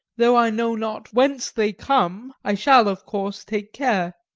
though i know not whence they come, i shall, of course, take care.